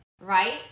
right